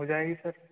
हो जाएगी सर